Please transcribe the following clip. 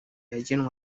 yagenwe